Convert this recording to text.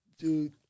Dude